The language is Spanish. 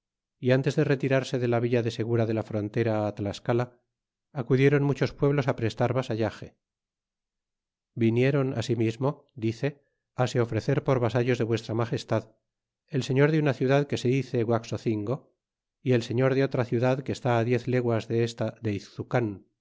y antes de retirarse de la villa de segura de la frontera tiascala acudieron muchos pueblos prestar vasallage vinieron asimismo dice se ofrecer por vasallos de vuestra magestad el señor de una ciudad que se dice cuaxocingo y el señor de otra ciudad que está diez leguas de esta de